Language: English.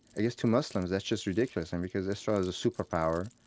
i guess to muslims, that's just ridiculous and because israel is a superpower,